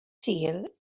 sul